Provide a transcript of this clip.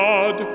God